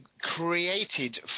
created